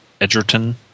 Edgerton